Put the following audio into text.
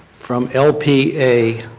from lpa